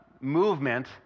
movement